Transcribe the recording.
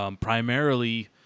Primarily